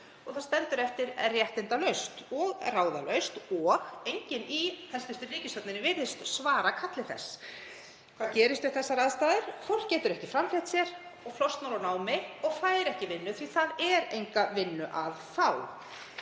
sem stendur eftir réttindalaust og ráðalaust og enginn í ríkisstjórninni virðist svara kalli þess. Hvað gerist við þessar aðstæður? Fólk getur ekki framfleytt sér og flosnar úr námi og fær ekki vinnu því að það er enga vinnu að fá.